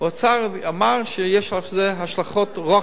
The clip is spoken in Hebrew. האוצר אמר שיש לזה השלכות רוחב.